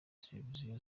televiziyo